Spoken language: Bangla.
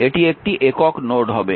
এটি একটি একক নোড হবে